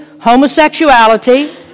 homosexuality